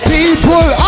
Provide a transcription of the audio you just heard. People